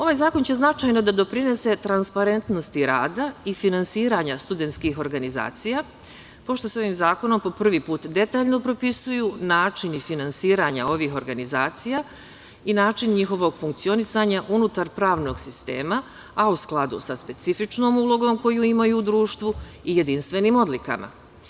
Ovaj zakon će značajno da doprinese transparentnosti rada i finansiranja studentskih organizacija, pošto se ovim zakonom po prvi put detaljno propisuju načini finansiranja ovih organizacija i način njihovog funkcionisanja unutar pravnog sistema, a u skladu sa specifičnom ulogom koju imaju u društvu i jedinstvenim odlikama.